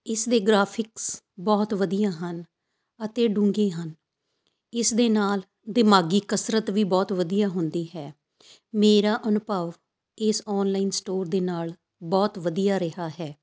ਇਸ ਦੇ ਗਰਾਫਿਕਸ ਬਹੁਤ ਵਧੀਆ ਹਨ ਅਤੇ ਡੂੰਘੇ ਹਨ ਇਸ ਦੇ ਨਾਲ ਦਿਮਾਗੀ ਕਸਰਤ ਵੀ ਬਹੁਤ ਵਧੀਆ ਹੁੰਦੀ ਹੈ ਮੇਰਾ ਅਨੁਭਵ ਇਸ ਆਨਲਾਈਨ ਸਟੋਰ ਦੇ ਨਾਲ ਬਹੁਤ ਵਧੀਆ ਰਿਹਾ ਹੈ